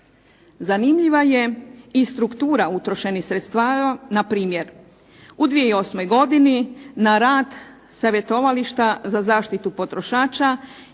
Zanimljiva je i struktura utrošenih sredstava. Npr. u 2008. godini na rad Savjetovališta za zaštitu potrošača